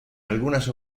algunas